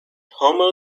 homo